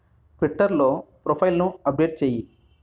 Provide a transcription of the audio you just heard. ట్విట్టర్లో ప్రొఫైల్ను అప్డేట్ చెయ్యి